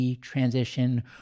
transition